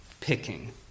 picking